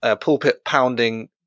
pulpit-pounding